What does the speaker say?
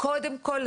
קודם כל,